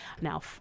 Now